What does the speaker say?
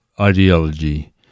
ideology